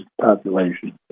population